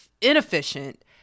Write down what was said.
inefficient